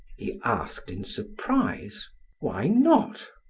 he asked in surprise why not?